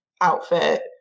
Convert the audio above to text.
Outfit